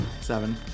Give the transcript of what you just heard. Seven